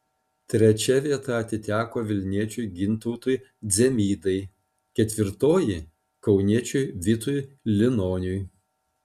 trečia vieta atiteko vilniečiui gintautui dzemydai ketvirtoji kauniečiui vitui linoniui